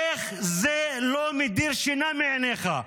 איך זה לא מדיר שינה מעיניך,